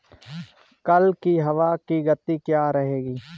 कल की हवा की गति क्या रहेगी?